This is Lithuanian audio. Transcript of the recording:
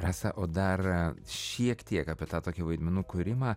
rasa o dar šiek tiek apie tą tokį vaidmenų kūrimą